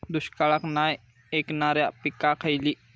दुष्काळाक नाय ऐकणार्यो पीका खयली?